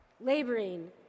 laboring